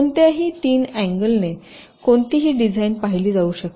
कोणत्याही 3 अँगलने कोणतीही डिझाईन पाहिली जाऊ शकते